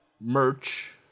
merch